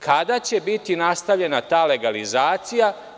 Kada će biti nastavljena ta legalizacija?